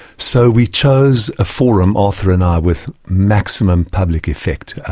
so we chose a forum, arthur and i, with maximum public effect,